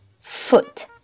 foot